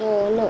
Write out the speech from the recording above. दोन